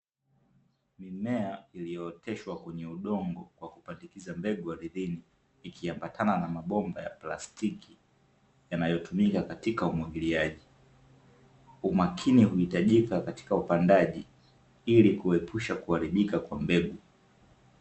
Mimea iliyooteshwa kwenye udongo kwa kupandikiza mbegu ardhini, ikiambatana na mabomba ya plastiki yanayotumika katika umwagiliaji. Umakini huitajika katika upandaji ili kuepusha kuharibika kwa mbegu.